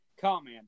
comment